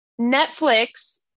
Netflix